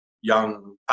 young